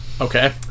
Okay